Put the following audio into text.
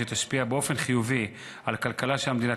שתשפיע באופן חיובי על הכלכלה של המדינה,